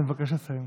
אני מבקש לסיים.